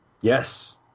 Yes